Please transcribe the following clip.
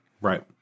Right